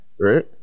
Right